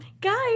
Guys